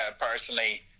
personally